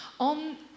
On